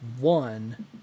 one